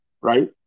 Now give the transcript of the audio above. Right